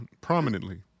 prominently